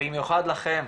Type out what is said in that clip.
במיוחד לכם,